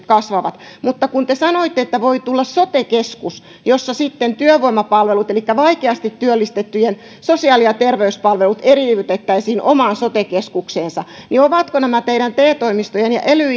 kasvavat mutta kun te sanoitte että voi tulla sote keskus jossa sitten työvoimapalvelut ja vaikeasti työllistettävien sosiaali ja terveyspalvelut eriytettäisiin omaan sote keskukseensa niin onko näissä teidän te toimistojenne ja ely